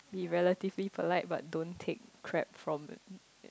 be relatively polite but don't take crap from uh